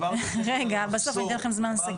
בסוף אני אתן לכם זמן לסכם.